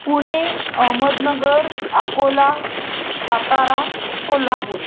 Pune Ahmednagar Akola Satara Kolhapur